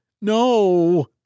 no